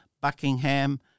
buckingham